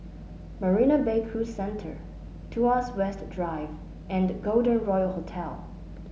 Marina Bay Cruise Centre Tuas West Drive and Golden Royal Hotel